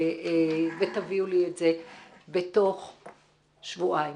ותביאו לי את זה בתוך שבועיים.